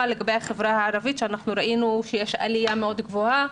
לגבי החברה הערבית שראינו שיש עליה מאוד גבוהה,